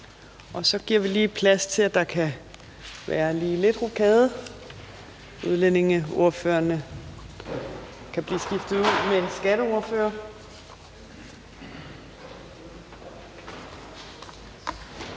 Så giver vi lige plads til, at vi kan rokere lidt; udlændingeordførerne kan blive skiftet ud med skatteordførerne.